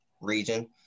region